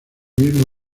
mismo